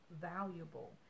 valuable